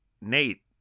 Nate